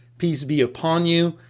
peace be upon you.